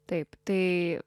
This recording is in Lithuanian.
taip tai